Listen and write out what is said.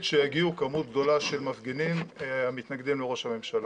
שיגיעו כמות גדולה של מפגינים המתנגדים לראש הממשלה.